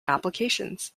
applications